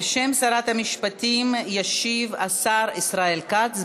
בשם שרת המשפטים ישיב השר ישראל כץ,